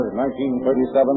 1937